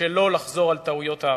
שלא לחזור על טעויות העבר.